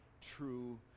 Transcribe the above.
true